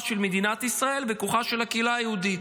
של מדינת ישראל וכוחה של הקהילה היהודית.